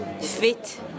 fit